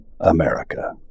America